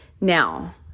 Now